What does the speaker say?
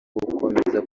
gukomeza